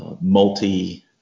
multi